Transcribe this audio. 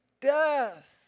death